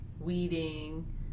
weeding